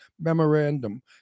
memorandum